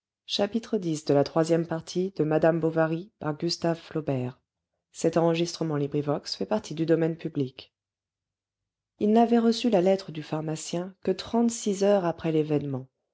il n'avait reçu la lettre du pharmacien que trente-six heures après l'événement